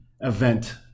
event